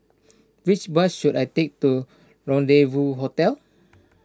which bus should I take to Rendezvous Hotel